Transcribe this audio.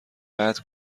قطع